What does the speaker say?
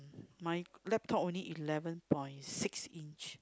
my laptop only eleven point six inch